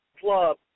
club